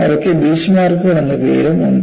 അവയ്ക്ക് ബീച്ച്മാർക്കുകൾ എന്ന പേരും ഉണ്ട്